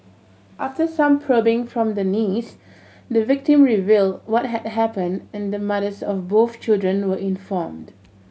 after some probing from the niece the victim revealed what had happened and the mothers of both children were informed